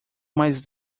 mais